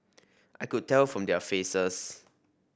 I could tell from their faces